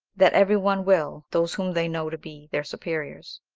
that every one will those whom they know to be their superiors.